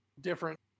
different